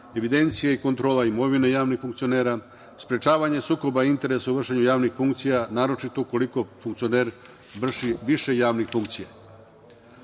evidencije i kontrola imovine javnih funkcionera, sprečavanje sukoba interesa u vršenju javnih funkcija, naročito ako funkcioner vrši više javnih funkcija. Ovaj